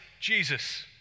Jesus